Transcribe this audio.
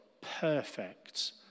perfect